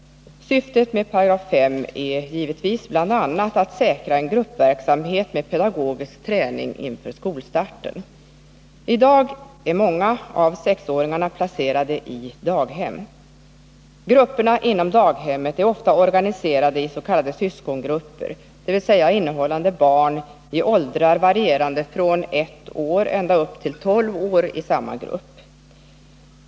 Syftet med 5 § är givetvis bl.a. att säkra en gruppverksamhet med pedagogisk träning inför skolstarten. I dag är många av sexåringarna placerade i daghem. Grupperna inom daghemmet är ofta organiserade i s.k. syskongrupper, innerymmande barn i åldrar varierande från ett år ända upp till tolv år i samma grupp.